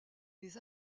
les